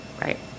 Right